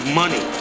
money